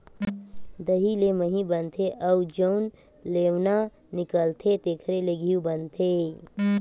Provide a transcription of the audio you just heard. दही ले मही बनथे अउ जउन लेवना निकलथे तेखरे ले घींव बनाथे